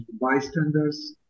bystanders